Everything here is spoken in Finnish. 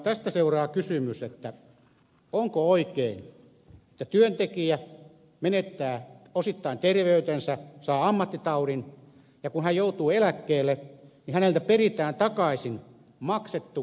tästä seuraa kysymys onko oikein että työntekijä menettää osittain terveytensä saa ammattitaudin ja kun hän joutuu eläkkeelle häneltä peritään takaisin maksettu ammattitautikorvaus